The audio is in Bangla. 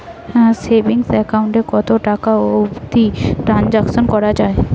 সেভিঙ্গস একাউন্ট এ কতো টাকা অবধি ট্রানসাকশান করা য়ায়?